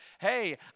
hey